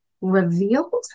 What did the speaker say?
revealed